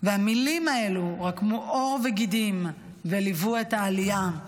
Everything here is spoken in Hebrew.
המילים האלו קרמו עור וגידים וליוו את העלייה.